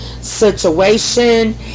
situation